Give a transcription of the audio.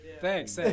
Thanks